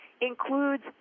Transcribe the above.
includes